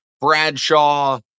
Bradshaw